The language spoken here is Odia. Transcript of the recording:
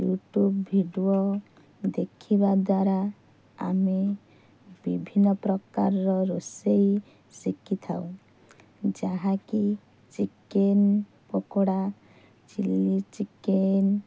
ୟୁଟ୍ୟୁବ୍ ଭିଡ଼ିଓ ଦେଖିବା ଦ୍ୱାରା ଆମେ ବିଭିନ୍ନ ପ୍ରକାରର ରୋଷେଇ ଶିଖିଥାଉ ଯାହାକି ଚିକେନ୍ ପକୋଡ଼ା ଚିଲି ଚିକେନ୍